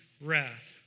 wrath